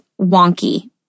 wonky